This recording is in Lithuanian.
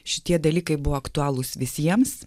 šitie dalykai buvo aktualūs visiems